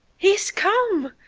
he's come!